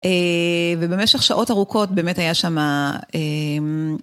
ובמשך שעות ארוכות, באמת היה שמה...